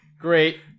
Great